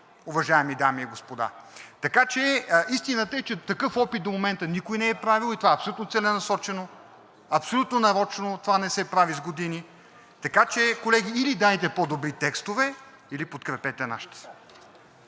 уважаеми дами и господа. Така че истината е, че такъв опит до момента никой не е правил и това е абсолютно целенасочено, абсолютно нарочно това не се прави с години. Така че, колеги, или дайте по-добри текстове, или подкрепете нашите.